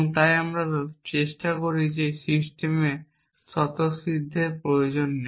তাই আমরা চেষ্টা করি যে সিস্টেমে স্বতঃসিদ্ধের প্রয়োজন নেই